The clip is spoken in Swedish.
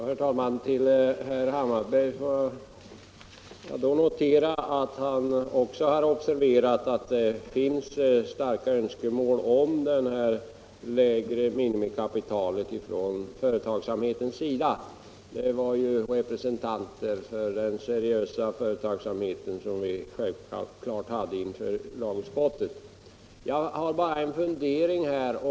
Herr talman! Jag noterar att också herr Hammarberg har observerat det starka önskemål om lägre minimigräns för aktiekapital som före tagsamheten har. Lagutskottet har självfallet hört representanter för den Nr 44 seriösa företagsamheten. Men om det räcker med 20 000 kr.